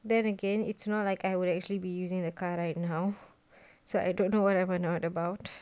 then again it's not like I would actually be using the car right now so I don't know whatever not about